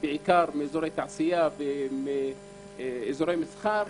בעיקר אזורי תעשייה ואזורי מסחר.